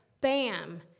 bam